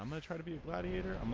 um and try to be a gladiator, um